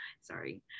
sorry